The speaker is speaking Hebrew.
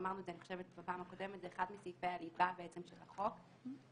רצינו להבין באופן ישיר מכם מה העמדה שלכם ביחס לנקודה הזאת.